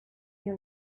you